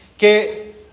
que